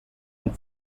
and